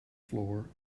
floor